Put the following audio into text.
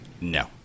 no